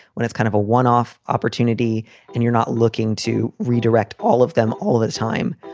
when it's kind of a one off opportunity and you're not looking to redirect all of them all the time,